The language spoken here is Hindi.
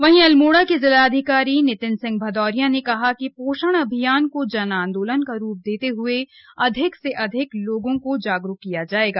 वहीं अल्मोड़ा के जिलाधिकारी नितिन सिंह भदौरिया ने कहा कि पोषण अभियान को जन आंदोलन का रूप देते हए अधिक से अधिक लोगों को जागरूक किया जाएगा